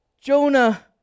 jonah